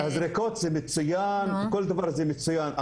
הזריקות זה מצוין, כל דבר זה מצוין.